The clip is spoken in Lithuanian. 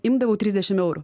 imdavau trisdešim eurų